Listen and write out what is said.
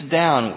down